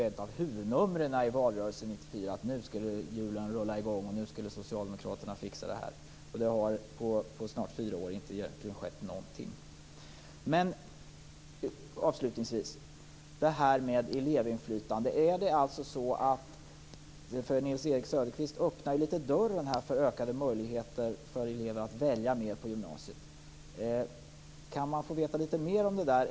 Ett av huvudnumren i valrörelsen 1994 var att nu skulle hjulen rulla i gång och nu skulle socialdemokraterna fixa det här. Det har på snart fyra år egentligen inte skett någonting. Avslutningsvis om elevinflytande. Nils-Erik Söderqvist öppnar dörren litet för ökade möjligheter för elever mer att välja på gymnasiet. Kan man få veta litet mer om detta?